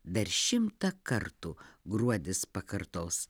dar šimtą kartų gruodis pakartos